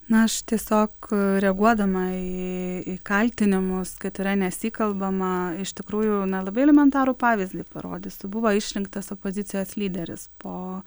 na aš tiesiog reaguodama į į kaltinimus kad yra nesikalbama iš tikrųjų na labai elementarų pavyzdį parodysiu buvo išrinktas opozicijos lyderis po